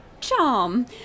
charm